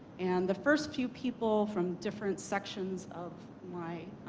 and the first few people from different sections of my